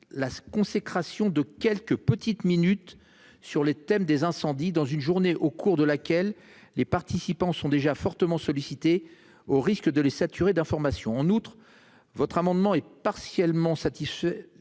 La consécration de quelques petites minutes sur les thèmes des incendies dans une journée au cours de laquelle les participants sont déjà fortement sollicités, au risque de les saturée d'informations en outre votre amendement est partiellement Satish